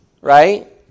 right